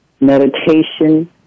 meditation